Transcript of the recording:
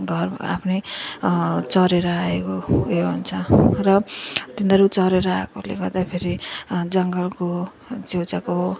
घर आफ्नो चरेर आएको उयो हुन्छ र तिनीहरू चरेर आएकाले गर्दाफेरि जङ्गलको छेउछाउको